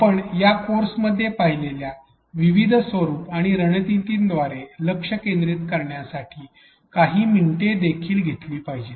आपण या कोर्समध्ये पाहीलेल्या विविध स्वरूप आणि रणनीतींवर लक्ष केंद्रित करण्यासाठी काही मिनिटे देखील घेतली पाहिजेत